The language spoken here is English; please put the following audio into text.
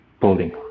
building